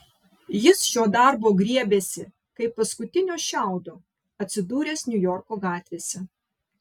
jis šio darbo griebėsi kaip paskutinio šiaudo atsidūręs niujorko gatvėse